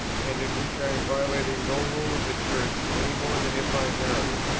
and in which i am violating no rule of the church any more than if i married,